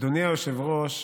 אדוני היושב-ראש,